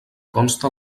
conste